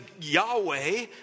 Yahweh